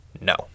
no